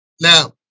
Now